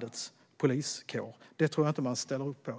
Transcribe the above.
Det tror jag inte att de alls ställer upp på.